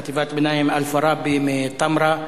חטיבת הביניים "אלפראבי" מתמרה,